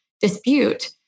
dispute